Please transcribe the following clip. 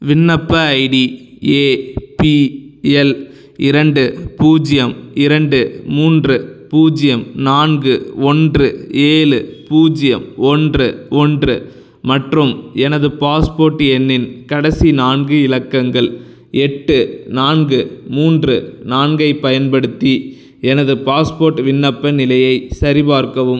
விண்ணப்ப ID APL இரண்டு பூஜ்ஜியம் இரண்டு மூன்று பூஜ்ஜியம் நான்கு ஒன்று ஏழு பூஜ்ஜியம் ஒன்று ஒன்று மற்றும் எனது பாஸ்போர்ட் எண்ணின் கடைசி நான்கு இலக்கங்கள் எட்டு நான்கு மூன்று நான்கைப் பயன்படுத்தி எனது பாஸ்போர்ட் விண்ணப்ப நிலையைச் சரிபார்க்கவும்